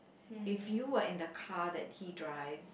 if you were in the car that he drives